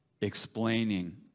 explaining